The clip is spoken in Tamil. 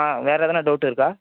ஆ வேறு எதுனா டவுட் இருக்கா